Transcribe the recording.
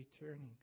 returning